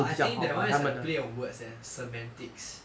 but I think that [one] is like play on words eh semantics